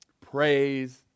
Praise